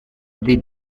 they